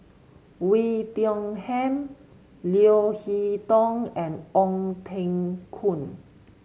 Oei Tiong Ham Leo Hee Tong and Ong Teng Koon